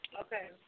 Okay